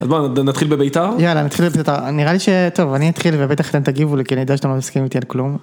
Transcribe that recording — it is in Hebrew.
אז בוא נתחיל בבית״ר? יאללה נתחיל בבית״ר. נראה לי שטוב, אני אתחיל ובטח אתם תגיבו כי אני יודע שאתם לא מסכימים איתי על כלום.